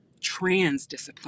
transdisciplinary